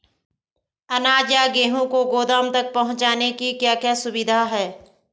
अनाज या गेहूँ को गोदाम तक पहुंचाने की क्या क्या सुविधा है?